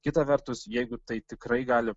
kita vertus jeigu tai tikrai gali